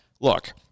Look